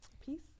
Peace